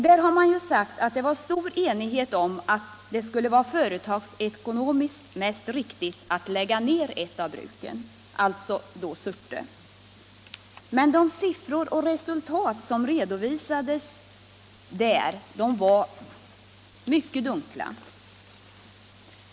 Där har man sagt att det var stor enighet om att det skulle bli företagsekonomiskt riktigast att lägga ned ett av bruken, nämligen i Surte. De siffror och resultat som redovisades var emellertid mycket dunkla.